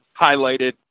highlighted